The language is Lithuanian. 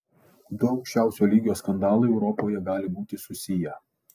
du aukščiausio lygio skandalai europoje gali būti susiję